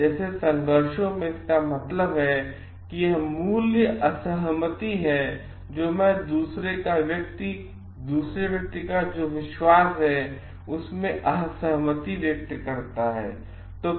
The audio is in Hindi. जैसे संघर्षों में इसका मतलब है कि यह मूल्य असहमति है जो मैं दूसरे व्यक्ति का जो विश्वास है उसमें असहमति व्यक्त करता हूँ